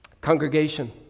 Congregation